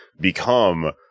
become